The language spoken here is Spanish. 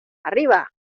arriba